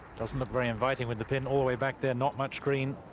doesn't look very inviting with the pain all the way back then. not much green.